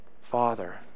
Father